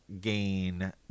gain